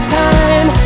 time